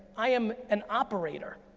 i am an operator,